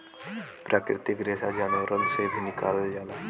प्राकृतिक रेसा जानवरन से भी निकालल जाला